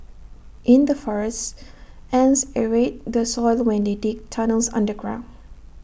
in the forests ants aerate the soil when they dig tunnels underground